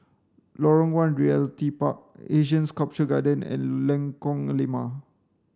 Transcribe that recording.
Lorong One Realty Park Asian Sculpture Garden and Lengkong Lima